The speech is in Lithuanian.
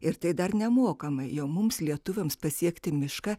ir tai dar nemokamai jau mums lietuviams pasiekti mišką